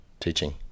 teaching